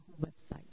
website